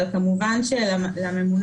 אבל כמובן שלממונה